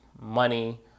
money